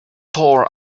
tore